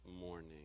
morning